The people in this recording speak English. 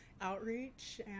outreach